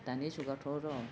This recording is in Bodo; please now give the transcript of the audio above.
दानि जुगाथ' र'